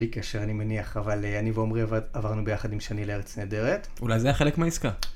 בלי קשר אני מניח, אבל אני ועומרי עברנו ביחד עם שני לארץ נהדרת. אולי זה היה חלק מהעסקה.